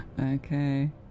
Okay